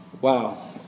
wow